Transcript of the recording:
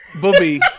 Booby